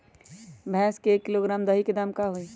भैस के एक किलोग्राम दही के दाम का होई?